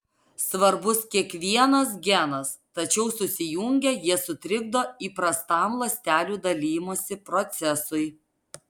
svarbus kiekvienas genas tačiau susijungę jie sutrikdo įprastam ląstelių dalijimosi procesui